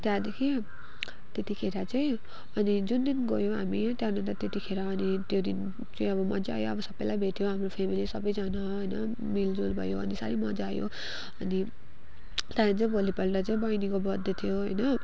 त्यहाँदेखि त्यतिखेर चाहिँ अनि जुन दिन गयौँ हामी त्यहाँदेखि अन्त त्यतिखेर अनि त्यो दिन चाहिँ अब मज्जा आयो अब सबैलाई भेट्यौँ हाम्रो फेमेली सबैजना होइन मिलजुल भयो अनि साह्रै मज्जा आयो अनि त्यहाँदेखि चाहिँ भोलिपल्ट चाहिँ बहिनीको बर्थडे थियो होइन